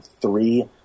three